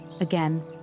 Again